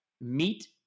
meet